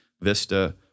Vista